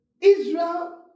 Israel